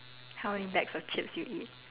how many bags of chips you eat